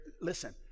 listen